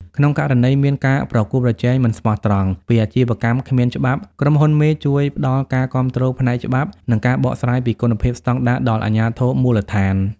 ក្នុងករណីមាន "ការប្រកួតប្រជែងមិនស្មោះត្រង់" ពីអាជីវកម្មគ្មានច្បាប់ ក្រុមហ៊ុនមេជួយផ្ដល់ការគាំទ្រផ្នែកច្បាប់ និងការបកស្រាយពីគុណភាពស្ដង់ដារដល់អាជ្ញាធរមូលដ្ឋាន។